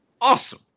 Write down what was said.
awesome